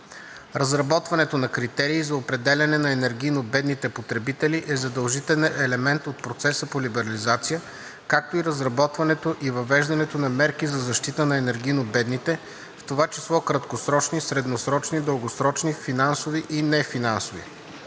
Разработването на критерии за определяне на енергийно бедните потребители е задължителен елемент от процеса по либерализация, както и разработването и въвеждането на мерки за защита на енергийно бедните, в това число краткосрочни, средносрочни, дългосрочни, финансови и нефинансови.